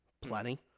plenty